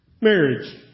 Marriage